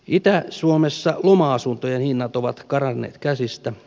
itä suomessa loma asuntojen hinnat ovat karanneet käsistä